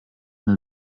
eine